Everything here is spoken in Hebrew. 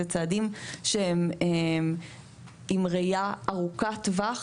זה צעדים שהם עם ראייה ארוכת טווח,